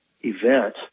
event